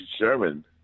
Sherman